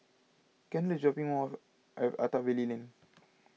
Kendal is dropping me off at Attap Valley Lane